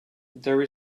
there